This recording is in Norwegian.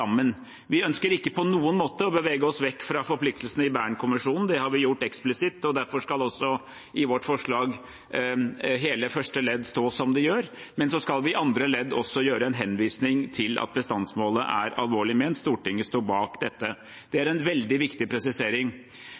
Vi ønsker ikke på noen måte å bevege oss vekk fra forpliktelsene i Bernkonvensjonen – det har vi gjort eksplisitt – og derfor skal også i vårt forslag hele første ledd stå som det står, men så skal vi i andre ledd også gjøre en henvisning til at bestandsmålet er alvorlig ment – Stortinget sto bak dette. Det er en veldig viktig presisering.